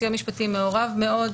הסיוע המשפטי מעורב מאוד.